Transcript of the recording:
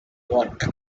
work